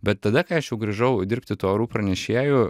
bet tada kai aš jau grįžau dirbti tuo orų pranešėju